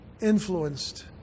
influenced